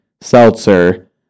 seltzer